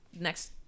next